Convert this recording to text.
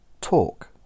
talk